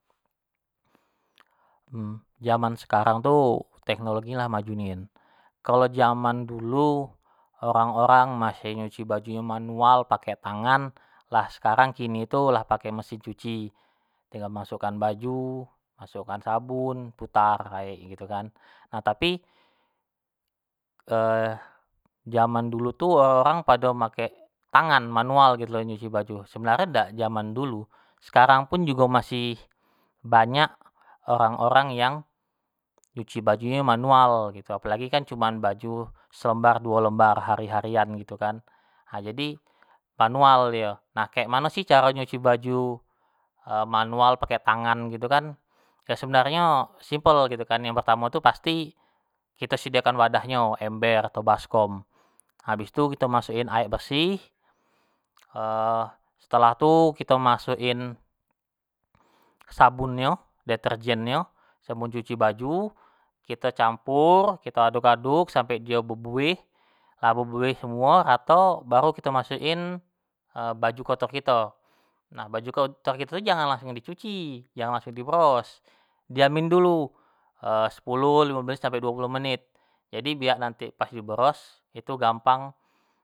jaman sekarang tu, teknologi tu lah maju nian, kalo jaman dulu orang-orang masih nyuci baju tu manual pake tangan, lah sekarang kini tu lah pake mesin cuci, tinggal masuk an baju, masuk an sabun, putar aek gitu kan, nah tapi jaman dulu tu orang pado makek tangan manual gitu lo, nyuci baju nyo, sebenarnyo dak jaman dulu, sekarang pun jugo masih banyak orang-orang yang nyuci bajunyo nyo manual gitu, apolagi nyuci baju selembar duo lembar, hari-harian gitu kan, ha jadi manual dio, nah kek mano sih caro nyuci baju manual pake tangan gitu kan, sebenarnyo, simpel gitu kan, yang pertamo, tu pasti kito sediakan wadah yo, ember, atau baskom, habis tu kito masuk in aek bersih, setelah tu kito masuk in sabun nyo, detergen nyo, sabun cuci baju, kito campur, kito aduk-aduk sampai io bebuih, lah bebuih semuo, baru kito masuk in baju kotor kito, nah baju kotor kito jangan langusng di cuci, jangan langsung di bros. diamin dulu sepuluh limo belas sampai duo puluh menit, jadi biak nati pas di bros gampang.